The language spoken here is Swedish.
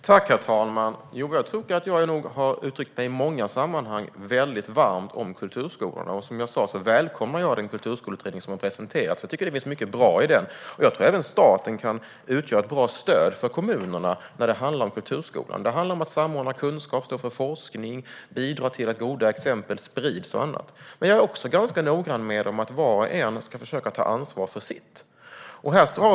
Herr talman! Jag tycker nog att jag i många sammanhang har uttryckt mig mycket varmt om kulturskolorna. Som jag sa välkomnar jag den kulturskoleutredning som har presenterats. Jag tycker att det finns mycket som är bra i den. Jag tror även att staten kan utgöra ett bra stöd för kommunerna när det gäller kulturskolan. Det handlar om att samordna kunskap, stå för forskning, bidra till att goda exempel sprids och annat. Men jag är också ganska noggrann med att var och en ska försöka ta ansvar för sitt.